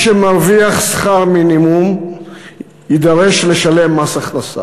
שמרוויח שכר מינימום יידרש לשלם מס הכנסה.